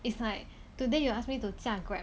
it's like today you ask me to 驾 grab